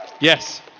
Yes